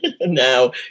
now